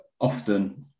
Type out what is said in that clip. often